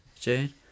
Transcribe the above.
June